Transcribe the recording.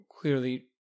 clearly